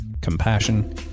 compassion